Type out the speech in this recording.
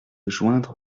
joindre